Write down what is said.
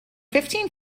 fifteen